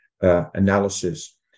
analysis